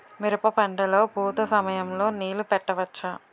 మిరప పంట లొ పూత సమయం లొ నీళ్ళు పెట్టవచ్చా?